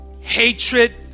hatred